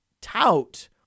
tout